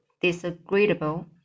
disagreeable